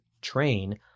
train